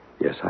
Yes